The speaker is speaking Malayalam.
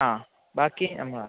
ആ ബാക്കി നമ്മളാ